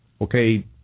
okay